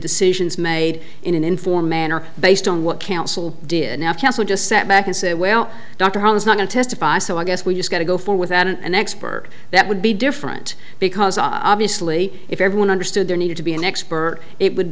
decisions made in an informed manner based on what counsel did now counsel just step back and say well dr holmes not to testify so i guess we just got to go for without an expert that would be different because obviously if everyone understood there needed to be an expert it would